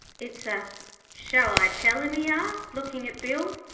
it's a shall i tell him he asked, looking at bill.